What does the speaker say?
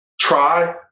try